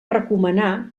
recomanar